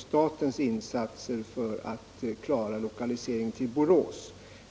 statens insatser för att främja lokalisering till Borås.